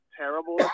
terrible